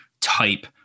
type